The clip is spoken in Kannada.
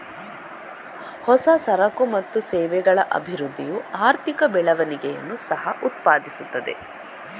ಹೊಸ ಸರಕು ಮತ್ತು ಸೇವೆಗಳ ಅಭಿವೃದ್ಧಿಯು ಆರ್ಥಿಕ ಬೆಳವಣಿಗೆಯನ್ನು ಸಹ ಉತ್ಪಾದಿಸುತ್ತದೆ